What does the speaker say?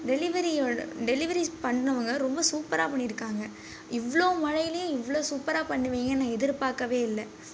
டெலிவரியோடு delivery பண்ணிணவங்க ரொம்ப சூப்பராக பண்ணியிருக்காங்க இவ்வளோ மழையிலையும் இவ்வளோ சூப்பராக பண்ணுவீங்கனு நான் எதிர்பார்க்கவே இல்லை